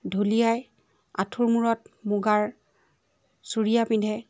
ঢুলীয়াই আঁঠুৰ মূৰত চুৰিয়া পিন্ধে